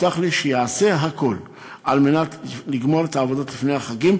הובטח לי שייעשה הכול על מנת לגמור את העבודות לפני החגים,